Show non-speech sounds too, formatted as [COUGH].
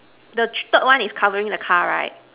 the [NOISE] third one is covering the car right